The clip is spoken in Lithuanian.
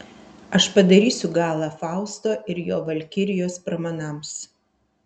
aš padarysiu galą fausto ir jo valkirijos pramanams